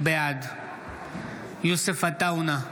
בעד יוסף עטאונה,